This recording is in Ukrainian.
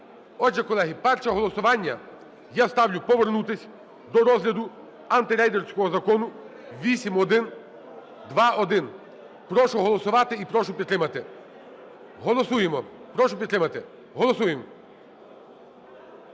Отже, колеги, перше голосування. Я ставлю повернутись до розгляду антирейдерського Закону 8121. Прошу голосувати і прошу підтримати. Голосуємо. Прошу підтримати. Голосуємо.